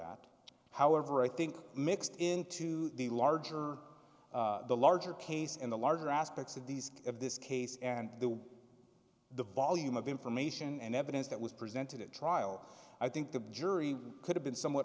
that however i think mixed into the larger the larger case and the larger aspects of this of this case and the the volume of information and evidence that was presented at trial i think the jury could have been somewhat